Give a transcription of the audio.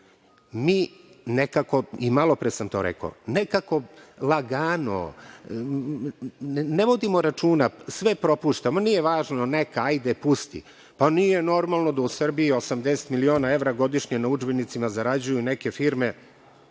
nekako, i malopre sam to rekao, nekako lagano, ne vodimo računa, sve propuštamo, nije važno, neka, hajde pusti. Nije normalno da u Srbiji 80 miliona evra godišnje na udžbenicima zarađuju neke firme